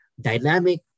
dynamic